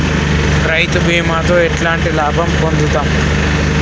రైతు బీమాతో ఎట్లాంటి లాభం పొందుతం?